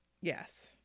Yes